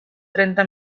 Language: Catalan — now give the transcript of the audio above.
trenta